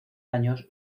años